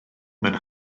mewn